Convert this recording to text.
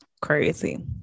crazy